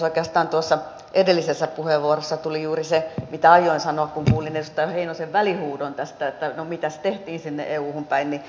oikeastaan tuossa edellisessä puheenvuorossa tuli juuri se mitä aioin sanoa kun kuulin edustaja heinosen välihuudon tästä että no mitäs tehtiin sinne euhun päin